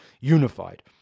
unified